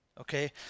okay